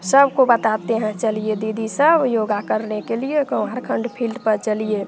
सबको बताते हैं चलिए दीदी सब योगा करने के लिए कुमारखंड फ़ील्ड पर चलिए